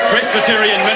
presbyterian